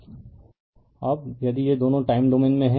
refer slide time 2053 अब यदि यह दोनों टाइम डोमेन में है